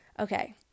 Okay